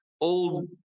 old